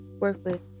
worthless